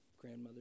grandmother